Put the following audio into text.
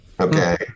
Okay